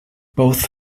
both